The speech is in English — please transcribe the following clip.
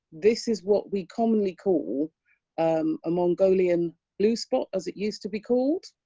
this is what we commonly call um a mongolian blue spot as it used to be called